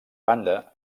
banda